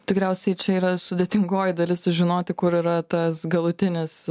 tikriausiai čia yra sudėtingoji dalis sužinoti kur yra tas galutinis